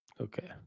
Okay